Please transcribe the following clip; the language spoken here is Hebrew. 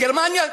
מגרמניה?